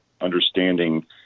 understanding